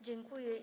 Dziękuję.